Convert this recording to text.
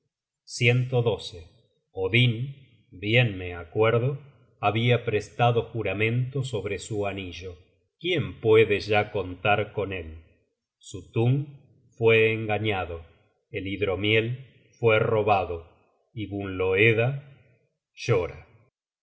si le habia matado suttung odin bien me acuerdo habia prestado juramento sobre su anillo quién puede ya contar con él suttung fue engañado el hidromiel fue robado y gunnloeda llora